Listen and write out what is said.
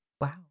Wow